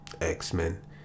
X-Men